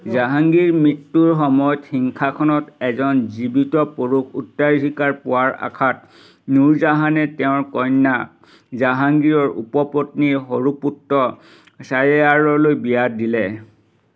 জাহাংগীৰ মৃত্যুৰ সময়ত সিংহাসনত এজন জীৱিত পুৰুষ উত্তৰাধিকাৰ পোৱাৰ আশাত নুৰজাহানে তেওঁৰ কন্যা জাহাংগীৰৰ উপপত্নীৰ সৰু পুত্ৰ শ্বাহিয়াৰলৈ বিয়া দিলে